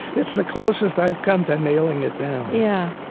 it's the closest i've come to nailing it down yeah.